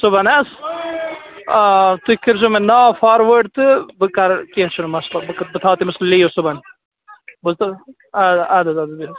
صُبَحن حظ آ تُہۍ کٔرۍزیٚو مےٚ ناو فاروٲرڑ تہٕ بہٕ کَرٕ کیٚنٛہہ چھُنہٕ مَسلہٕ بہٕ کَرٕ بہٕ تھاو تٔمِس لیٖو صُبحَن بوٗزتھٕ اَد حظ اَدٕ حظ بِہِو حظ